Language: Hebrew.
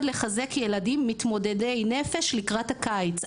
לחזק ילדים מתמודדי נפש לקראת הקיץ.